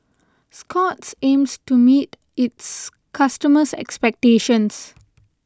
Scott's aims to meet its customers' expectations